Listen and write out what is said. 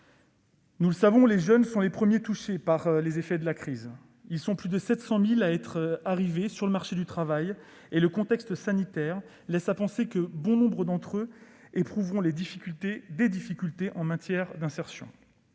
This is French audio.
Nous le savons, les jeunes sont les premiers touchés par les effets de la crise. Ils sont plus de 700 000 à être arrivés sur le marché du travail et le contexte sanitaire laisse à penser que bon nombre d'entre eux éprouveront des difficultés en matière d'insertion